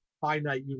finite